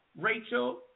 Rachel